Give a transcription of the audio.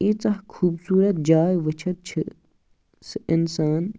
ایٖژاہ خوٗبصوٗرَت جاے وٕچِتھ چھِ سٔہ اِنسان